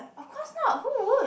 of course not who would